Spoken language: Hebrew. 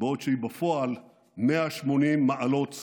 בעוד שהיא בפועל 180 מעלות שמאלה.